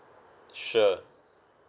sure